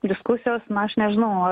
diskusijos na aš nežinau